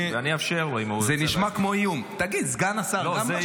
אני אאפשר לו, אם הוא רוצה.